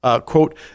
quote